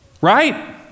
right